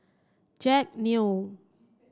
Jack Neo